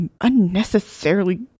unnecessarily